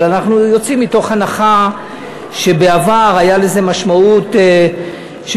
אבל אנחנו יוצאים מתוך הנחה שבעבר הייתה לזה משמעות עניינית.